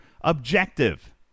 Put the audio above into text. objective